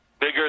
bigger